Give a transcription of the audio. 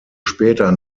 später